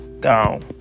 Gone